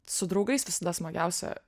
su draugais visada smagiausia